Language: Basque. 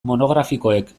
monografikoek